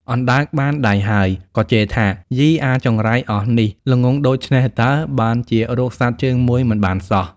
អណ្ដើកបានដៃហើយ ក៏ជេរថា៖ "យីអាចង្រៃអស់នេះ ល្ងង់ដូច្នេះតើបានជារកសត្វជើងមួយមិនបានសោះ!